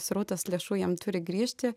srautas lėšų jiem turi grįžti